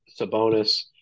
Sabonis